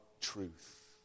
truth